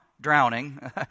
drowning